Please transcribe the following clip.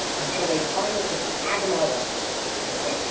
until they finally could add them all up and say, okay,